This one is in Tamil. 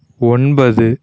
ஒன்பது